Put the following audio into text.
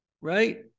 right